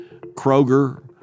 Kroger